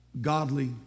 godly